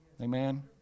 Amen